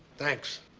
thanks.